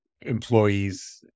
employees